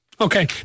Okay